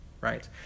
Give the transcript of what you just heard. right